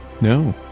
No